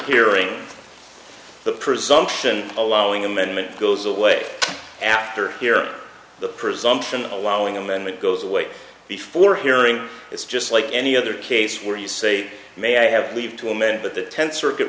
hearing the presumption allowing amendment goes away after here the presumption allowing amendment goes away before hearing is just like any other case where you say may i have leave to amend but the tenth circuit